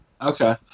Okay